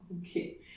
Okay